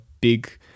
big